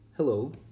Hello